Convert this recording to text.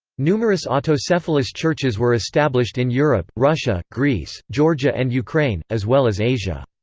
numerous autocephalous churches were established in europe russia, greece, georgia and ukraine, as well as asia.